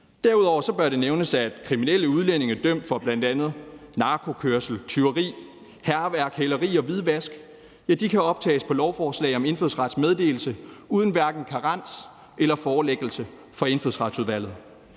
Derudover bør det nævnes, at kriminelle udlændinge dømt for bl.a. narkokørsel, tyveri, hærværk, hæleri og hvidvask, kan optages på lovforslag om indfødsrets meddelelse uden hverken karens eller forelæggelse for Indfødsretsudvalget.